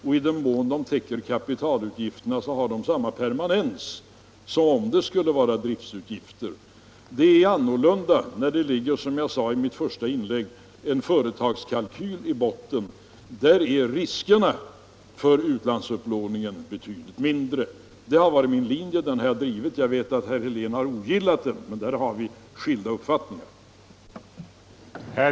I den mån de täcker kapitalutgifterna har de samma permanens som om det skulle vara fråga om driftutgifter. Som jag sade i mitt första inlägg är det annorlunda om det ligger en företagskalkyl i botten. Då är riskerna för utlandsupplåningen betydligt mindre. Jag driver den linjen. Jag vet att herr Helén ogillar den, och där har vi skilda uppfattningar.